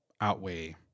outweigh